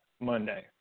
Monday